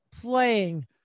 Playing